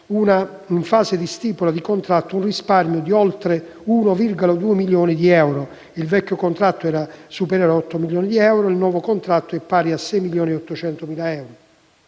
in fase di stipula di contratto, un risparmio di oltre 1,2 milioni di euro (il vecchio contratto era superiore a 8 milioni di euro, il nuovo contratto è pari a 6.800.000 euro)